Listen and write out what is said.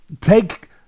take